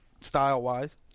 style-wise